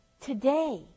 today